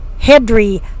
Hedry